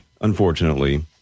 unfortunately